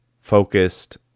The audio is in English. focused